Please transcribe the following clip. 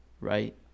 Right